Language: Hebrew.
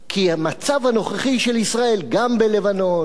כי המצב הנוכחי של ישראל, גם בלבנון,